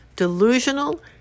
delusional